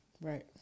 right